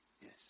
Yes